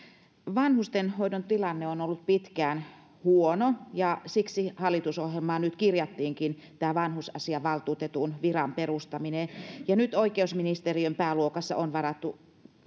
vanhustenhoidon tilanne on ollut pitkään huono ja siksi hallitusohjelmaan nyt kirjattiinkin tämä vanhusasiavaltuutetun viran perustaminen ja nyt oikeusministeriön pääluokassa on varattu